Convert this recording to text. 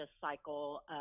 cycle